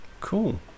Cool